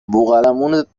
بوقلمونت